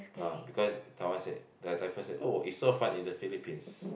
ah because Taiwan said the typhoon said oh it's so fun in the Philippines